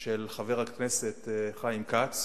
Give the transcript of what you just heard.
של חבר הכנסת חיים כץ.